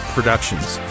Productions